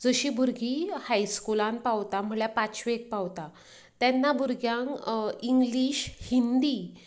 जशी भुरगीं हायस्कुलांत पावतात म्हणल्यार पांचवेक पावतात तेन्ना भुरग्यांक इंग्लीश हिंदी